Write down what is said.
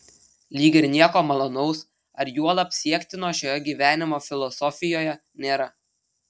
lyg ir nieko malonaus ar juolab siektino šioje gyvenimo filosofijoje nėra